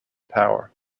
power